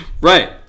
Right